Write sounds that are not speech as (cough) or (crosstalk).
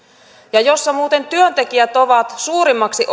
ja jossa muuten työntekijät ovat suurimmaksi (unintelligible)